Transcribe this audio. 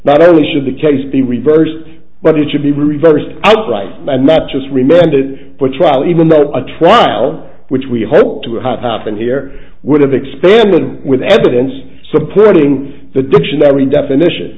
not only should the case be reversed but it should be reversed outright and not just remanded for trial even though a trial which we hope to have happened here would have experiment with evidence supporting the dictionary definition